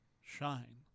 shine